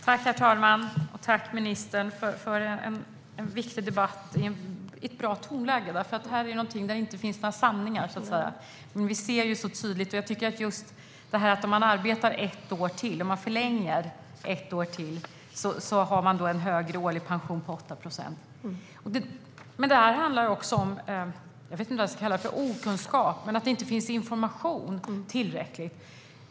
Herr talman! Jag tackar ministern för en viktig debatt i ett bra tonläge. Här finns det så att säga inte några sanningar. Men vi ser så tydligt att om man förlänger arbetslivet med ett år får man en pension som blir 8 procent högre. Men detta handlar om något som man kan kalla okunskap, det vill säga att det inte finns tillräcklig information.